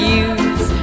use